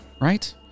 Right